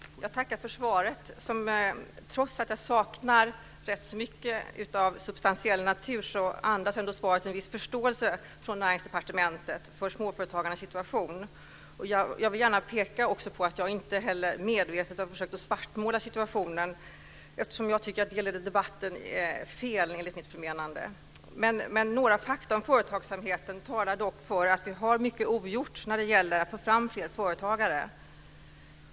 Herr talman! Jag tackar för svaret. Trots att jag saknar rätt mycket av substantiell natur andas ändå svaret en viss förståelse från Näringsdepartementet för småföretagarnas situation. Jag vill också gärna peka på att jag inte heller medvetet har försökt att svartmåla situationen. Jag tycker att hela den debatten är fel. Men några fakta om företagsamheten talar dock för att vi har mycket ogjort när det gäller att få fram fler företagare.